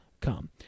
come